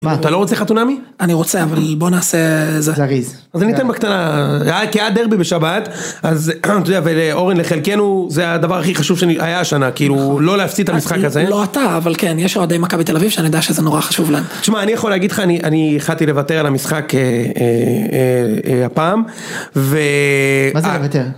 מה אתה לא רוצה חתונמי? אני רוצה אבל בוא נעשה איזה.. זריז אז אני אתן בקטנה כי היה דרבי בשבת אז אתה יודע, אורן לחלקנו זה הדבר הכי חשוב שהיה השנה כאילו לא להפסיד את המשחק הזה, לא אתה אבל כן יש עוד מכבי תל אביב שאני יודע שזה נורא חשוב להם, תשמע אני יכול להגיד לך אני אני החלטתי לוותר על המשחק הפעם. ו.. מה זה לוותר?